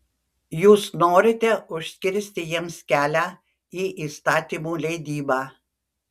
jūs norite užkirsti jiems kelią į įstatymų leidybą